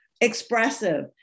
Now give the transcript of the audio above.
expressive